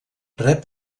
rep